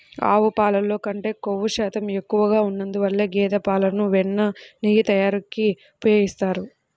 ఆవు పాలల్లో కంటే క్రొవ్వు శాతం ఎక్కువగా ఉన్నందువల్ల గేదె పాలను వెన్న, నెయ్యి తయారీకి ఉపయోగిస్తారు